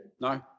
No